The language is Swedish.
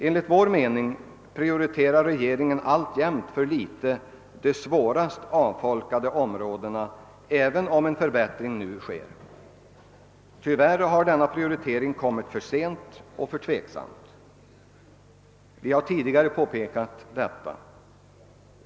Enligt vår mening prioriterar regeringen alltjämt för litet de svårast avfolkade områdena, även om en förbättring nu sker. Tyvärr har denna prioritering satts in för sent och för tveksamt. Vi har tidigare påpekat detta.